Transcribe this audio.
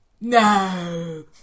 no